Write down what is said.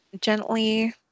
gently